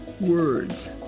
words